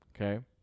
okay